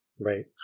Right